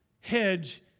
hedge